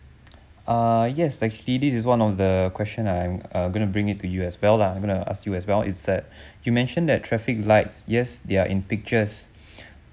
uh yes actually this is one of the question I'm uh gonna bring it to you as well lah I'm gonna ask you as well is that you mentioned that traffic lights yes they are in pictures